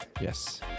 Yes